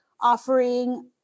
offering